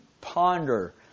ponder